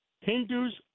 Hindus